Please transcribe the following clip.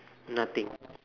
nothing